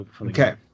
okay